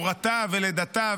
שהורתה ולידתה,